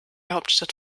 hauptstadt